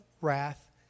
wrath